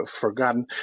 forgotten